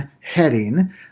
heading